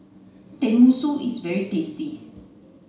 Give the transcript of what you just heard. Tenmusu is very tasty